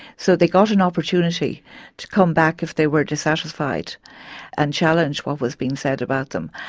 so they got an opportunity to come back if they were dissatisfied and challenge what was being said about them,